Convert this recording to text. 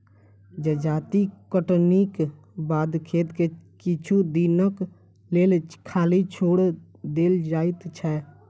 जजाति कटनीक बाद खेत के किछु दिनक लेल खाली छोएड़ देल जाइत छै